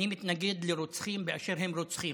אני מתנגד לרוצחים באשר הם רוצחים.